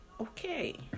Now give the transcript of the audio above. okay